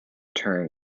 turing